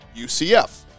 UCF